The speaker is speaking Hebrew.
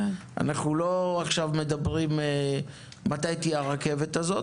אנחנו לא מדברים עכשיו על מתי תהיה הרכבת הזאת.